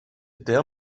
der